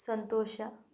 ಸಂತೋಷ